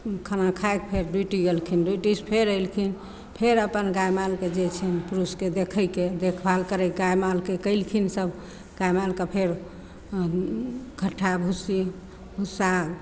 खाना खाकऽ फेर ड्यूटी गेलखिन ड्यूटीसँ फेर अयलखिन फेर अपन गाय मालके जे छनि पुरुषके देखयके देखभाल करय कए गाय मालके कयलखिन सब गाय मालके फेर झठ्ठा भुस्सी भुस्सा